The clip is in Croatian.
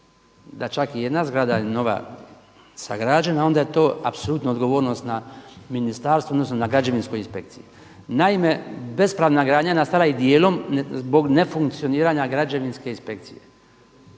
je čak i jedna zgrada nova sagrađena onda je to apsolutno odgovornost na ministarstvu, odnosno na građevinskoj inspekciji. Naime, bespravna gradnja nastala je dijelom zbog nefunkcioniranja građevinske inspekcije.